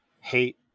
hate